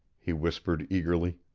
he whispered eagerly.